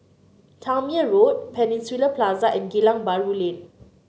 Tangmere Road Peninsula Plaza and Geylang Bahru Lane